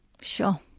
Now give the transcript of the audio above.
Sure